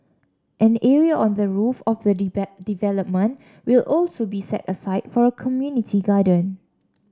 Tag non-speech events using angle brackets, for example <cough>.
an area on the roof of the <unintelligible> development will also be set aside for a community garden